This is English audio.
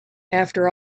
after